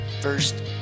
first